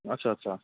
আচ্ছা আচ্ছা